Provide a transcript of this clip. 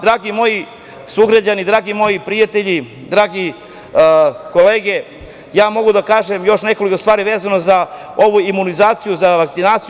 Dragi moji sugrađani, dragi moji prijatelji, drage kolege, ja mogu da kažem još nekoliko stvari vezano za ovu imunizaciju, za vakcinaciju.